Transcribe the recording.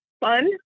fun